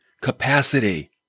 capacity